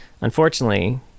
Unfortunately